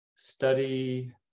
study